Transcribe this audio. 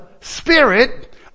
spirit